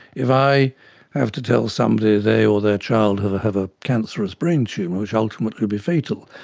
if i have to tell somebody they or their child have have a cancerous brain tumour which ultimately will be fatal,